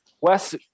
Wes